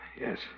Yes